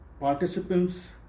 participants